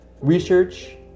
Research